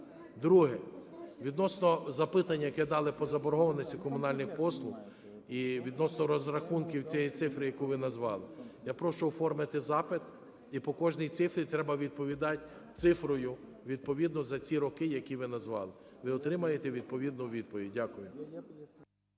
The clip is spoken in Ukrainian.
Друге. Відносно запитання, яке дали по заборгованості комунальних послуг і відносно розрахунків цієї цифри, яку ви назвали. Я прошу оформити запит, і по кожній цифрі треба відповідати цифрою, відповідно, за ці роки, які ви назвали. Ви отримаєте відповідну відповідь. Дякую.